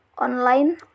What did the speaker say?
online